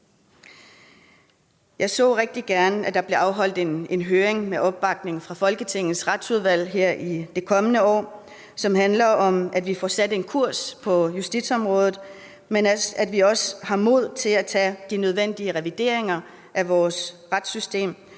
Jeg så rigtig gerne, at der blev afholdt en høring med opbakning fra Folketingets Retsudvalg her i de kommende år, som handler om, at vi får sat en kurs på justitsområdet, men også at vi har mod til både at foretage de nødvendige revideringer af vores retssystem